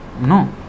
No